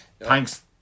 Thanks